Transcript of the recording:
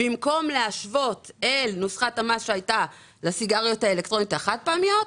במקום להשוות אל נוסחת המס שהייתה לסיגריות האלקטרוניות החד פעמיות,